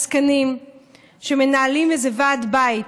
עסקנים שמנהלים איזה ועד בית.